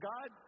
God